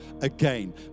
again